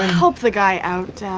help the guy out, dad.